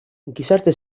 gizarte